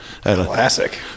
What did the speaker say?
classic